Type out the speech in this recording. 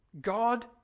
God